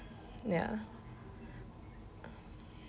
ya